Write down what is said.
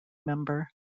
member